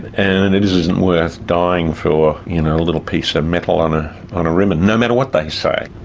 and it isn't worth dying for you know a little piece of metal on ah on a ribbon, no matter what they say.